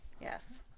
Yes